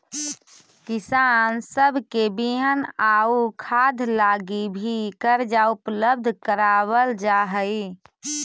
किसान सब के बिहन आउ खाद लागी भी कर्जा उपलब्ध कराबल जा हई